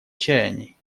чаяний